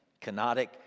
canonic